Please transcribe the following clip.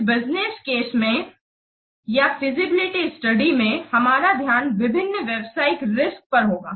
इस business case में या फीजिबिलिटी स्टडी में हमारा ध्यान विभिन्न व्यावसायिक रिस्क पर होगा